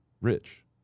rich